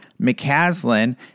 McCaslin